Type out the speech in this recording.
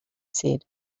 said